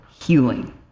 healing